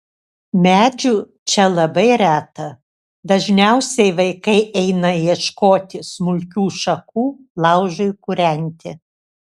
medžių čia labai reta dažniausiai vaikai eina ieškoti smulkių šakų laužui kūrenti